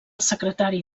secretari